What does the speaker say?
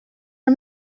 are